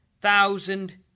thousand